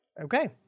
Okay